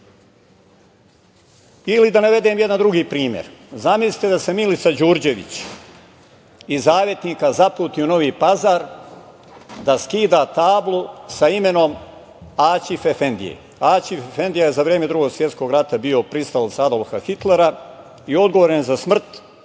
da navedem jedan drugi primer, zamislite da se Milica Đurđević, iz „Zavetnika“, zaputi u Novi Pazar da skida tablu sa imenom Aćif Efendije. Aćif Efendija je za vreme Drugog svetskog rata bio pristalica Adolfa Hitlera i odgovoran je za smrt